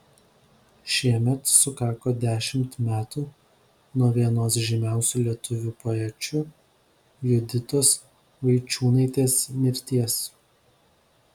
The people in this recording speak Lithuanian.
šiemet sukako dešimt metų nuo vienos žymiausių lietuvių poečių juditos vaičiūnaitės mirties